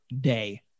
day